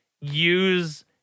use